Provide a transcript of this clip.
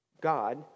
God